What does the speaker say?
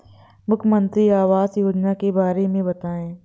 मुख्यमंत्री आवास योजना के बारे में बताए?